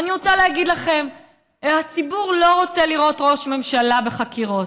ואני רוצה להגיד לכם שהציבור לא רוצה לראות ראש ממשלה בחקירות,